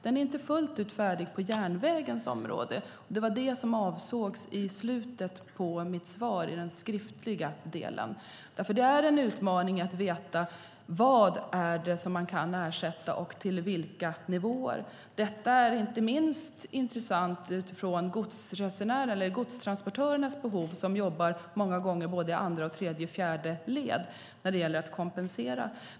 Det är inte fullt ut färdigt på järnvägens område. Det var det som avsågs i slutet av mitt svar i den skriftliga delen. Det är en utmaning att veta vad det är som man kan ersätta och till vilka nivåer. Detta är inte minst intressant utifrån godstransportörernas behov. De jobbar många gånger i andra, tredje och fjärde led när det gäller att kompensera.